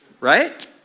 Right